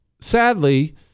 sadly